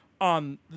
on